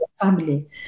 family